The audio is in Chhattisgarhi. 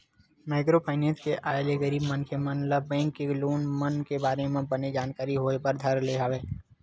माइक्रो फाइनेंस के आय ले गरीब मनखे मन ल बेंक के लोन मन के बारे म बने जानकारी होय बर धर ले हवय